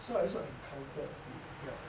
so I also encountered a bit ya